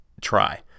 try